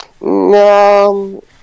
No